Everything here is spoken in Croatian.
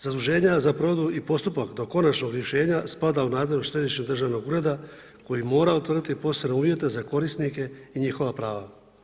Zaduženja za provedbu i postupak do konačnog rješenja spada u nadležnost Središnjeg državnog ureda koji mora utvrditi posebne uvjete za korisnike i njihova prava.